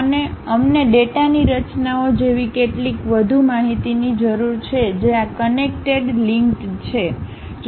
અને અમને ડેટાની રચનાઓ જેવી કેટલીક વધુ માહિતીની જરૂર છે જે આ કનેક્ટેડ લિંક્ડ છે